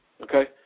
okay